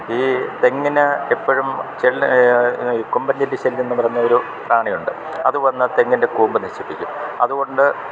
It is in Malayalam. ഈ തെങ്ങിന് എപ്പോഴും ചെല്ല് ഈ കൊമ്പൻ ചെല്ലി ശല്യം എന്ന് പറഞ്ഞ ഒരു പ്രാണി ഉണ്ട് അത് വന്നാൽ തെങ്ങിൻ്റെ കൂമ്പ് നശിപ്പിക്കും അതു കൊണ്ട്